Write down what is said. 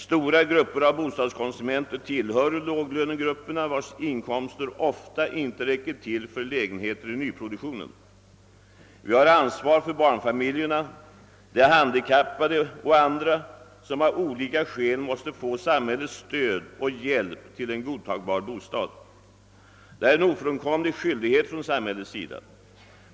Stora grupper av bostadskonsumenterna tillhör låglönegrupperna, vilkas inkomster ofta inte räcker till för lägenheter i nyproduktionen. Vi har ansvar för barnfamiljerna, de handikappade och andra som av olika skäl måste få samhällets stöd och hjälp till en godtagbar bostad. Detta är en ofrånkomlig skyldighet för samhället.